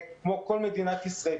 כמו כל מדינת ישראל,